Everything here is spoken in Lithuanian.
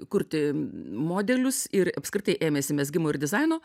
kurti modelius ir apskritai ėmėsi mezgimo ir dizaino